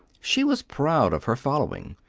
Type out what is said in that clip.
she was proud of her following.